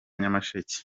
nyamasheke